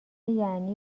یعنی